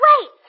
Wait